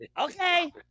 Okay